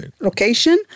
location